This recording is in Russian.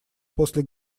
после